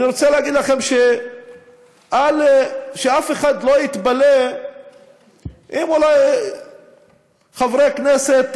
אני רוצה להגיד לכם שאף אחד לא יתפלא אם חברי כנסת,